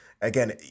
again